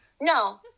No